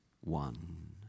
one